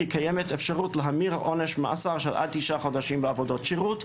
כי קיימת אפשרות להמיר עונש מאסר של עד תשעה חודשים בעבודות שירות,